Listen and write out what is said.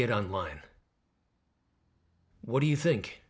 get online what do you think